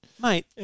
Mate